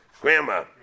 Grandma